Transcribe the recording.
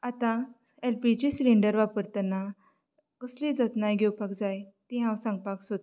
आनां L P G cylinder वापरतना कसली जतनाय घेवपाक जाय ती हांव सांगपाक सोदता